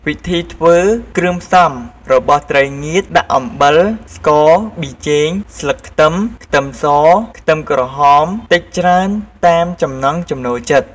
វិធីធ្វើគ្រឿងផ្សំរបស់ត្រីងៀតដាក់អំបិល ស្ករ ប៊ីចេង ស្លឹកខ្ទឹម ខ្ទឹមស ខ្ទឹមក្រហមតិចច្រើនតាមចំណង់ចំណូលចិត្ត។